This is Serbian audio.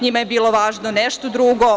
NJima je bilo važno nešto drugo.